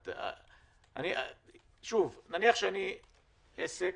שוב, נניח שאני עסק.